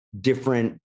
different